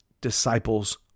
disciples